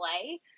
play